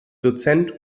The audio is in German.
dozent